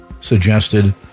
suggested